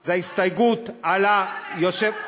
היא ההסתייגות על היושב-ראש,